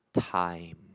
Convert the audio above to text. time